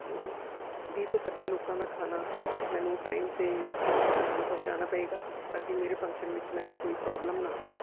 ਅਤੇ ਵੀਹ ਤੋਂ ਪੱਚੀ ਲੋਕਾਂ ਦਾ ਖਾਣਾ ਮੈਨੂੰ ਟਾਈਮ 'ਤੇ ਤੁਹਾਨੂੰ ਪਹੁੰਚਾਉਣਾ ਪਏਗਾ ਤਾਂ ਕਿ ਮੇਰੇ ਫੰਕਸ਼ਨ ਵਿੱਚ ਮੈਨੂੰ ਕੋਈ ਪ੍ਰੋਬਲਮ ਨਾ ਆਵੇ